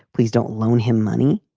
please don't loan him money.